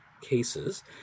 cases